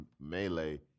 Melee